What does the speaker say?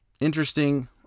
interesting